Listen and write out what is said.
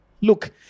Look